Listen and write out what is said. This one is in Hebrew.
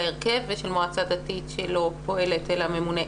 הרכב ושל מועצה דתית שלא פועלת אלא ממונה?